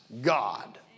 God